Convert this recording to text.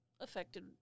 affected